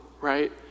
right